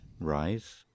rise